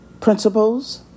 principles